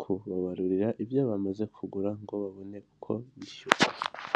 kubabarurira ibyo bamaze kugura ngo babone uko bishyura.